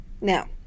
now